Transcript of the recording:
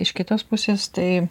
iš kitos pusės tai